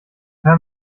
hör